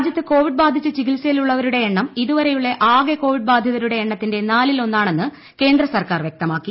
രാജ്യത്തു കോവിഡ് ബാധിച്ച് ചികിത്സയിൽ ഉള്ളവരുട്ടെ എണ്ണം ഇതുവരെയുള്ള ആകെ കോവിഡ് ബാധിതരുടെ ് എണ്ണത്തിന്റെ നാലിൽ ഒന്നാണെന്ന് സർക്കാർ വ്യക്തമാക്കി